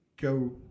go